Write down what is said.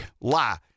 lie